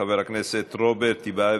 חבר הכנסת רוברט טיבייב,